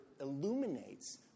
illuminates